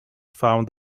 found